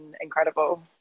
incredible